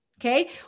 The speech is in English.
Okay